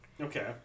Okay